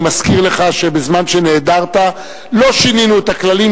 אני מזכיר לך שבזמן שנעדרת לא שינינו את הכללים.